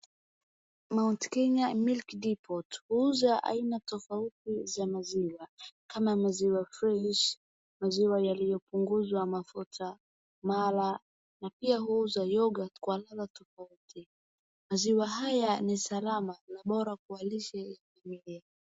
Mount Kenya Milk Depot, huuza aina tofauti za maziwa kama maziwa fresh , maziwa yaliyopunguzwa mafuta, mala, na pia huuza yoghurt kwa neno tofauti. Maziwa haya ni salama na bora kwa lishe yetu.